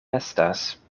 estas